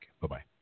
Bye-bye